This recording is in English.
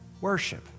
Worship